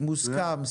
מוסכם.